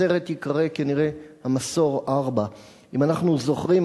הסרט ייקרא כנראה "המסור 4". אם אנחנו זוכרים,